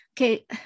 okay